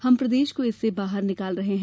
हम प्रदेश को इससे बाहर निकाल रहे हैं